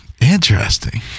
Interesting